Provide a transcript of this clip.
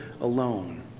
alone